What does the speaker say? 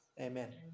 Amen